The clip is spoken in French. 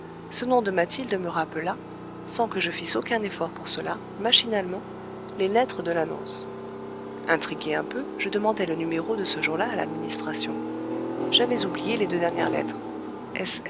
ce nom de mathilde me rappela sans que je fisse aucun effort pour cela machinalement les lettres de l'annonce intrigué un peu je demandai le numéro de ce jour-là à l'administration j'avais oublié les deux dernières lettres